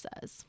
says